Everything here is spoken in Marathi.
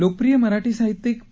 लोकप्रिय मराठी साहित्यिक पु